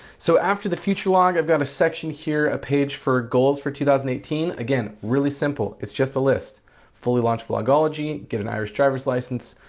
so after the future log i've got a section here, a page for goals for two thousand and eighteen. again, really simple. it's just a list fully launch vlogology, get an irish driver's license,